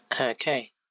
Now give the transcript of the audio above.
Okay